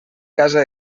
casa